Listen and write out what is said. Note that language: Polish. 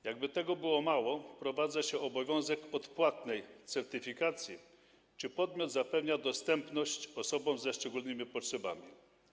Jakby tego było mało, wprowadza się obowiązek odpłatnej certyfikacji, czy podmiot zapewnia dostępność osobom ze szczególnymi potrzebami.